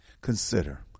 consider